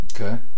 Okay